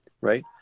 right